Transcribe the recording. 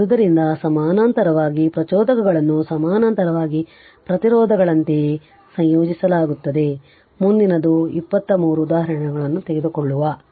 ಆದ್ದರಿಂದ ಸಮಾನಾಂತರವಾಗಿ ಪ್ರಚೋದಕಗಳನ್ನು ಸಮಾನಾಂತರವಾಗಿ ಪ್ರತಿರೋಧಕಗಳಂತೆಯೇresistors in parallel ಸಂಯೋಜಿಸಲಾಗುತ್ತದೆ ಮುಂದಿನದು 2 3 ಉದಾಹರಣೆಗಳನ್ನು ತೆಗೆದುಕೊಳ್ಳುವ